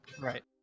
Right